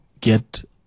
get